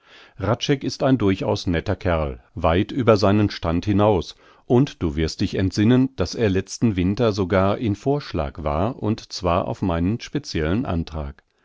hradscheck ist ein durchaus netter kerl weit über seinen stand hinaus und du wirst dich entsinnen daß er letzten winter sogar in vorschlag war und zwar auf meinen speciellen antrag